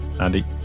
Andy